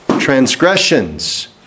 transgressions